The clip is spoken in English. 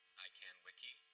icannwiki,